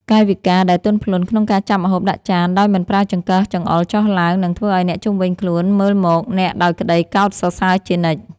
កាយវិការដែលទន់ភ្លន់ក្នុងការចាប់ម្ហូបដាក់ចានដោយមិនប្រើចង្កឹះចង្អុលចុះឡើងនឹងធ្វើឱ្យអ្នកជុំវិញខ្លួនមើលមកអ្នកដោយក្តីកោតសរសើរជានិច្ច។